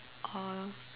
or